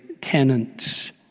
tenants